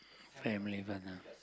family first